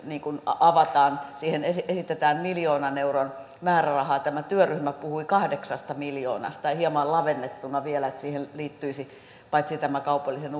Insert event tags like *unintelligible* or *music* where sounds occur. avataan siihen esitetään miljoonan euron määrärahaa tämä työryhmä puhui kahdeksasta miljoonasta ja hieman lavennettuna vielä että siihen liittyisi paitsi kaupallisen *unintelligible*